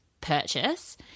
purchase